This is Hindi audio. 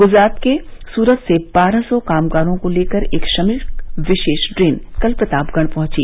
गुजरात के सूरत से बारह सौ कामगारों को लेकर एक श्रमिक विशेष ट्रेन कल प्रतापगढ़ पहुंची